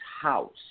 house